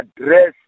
address